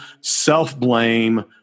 self-blame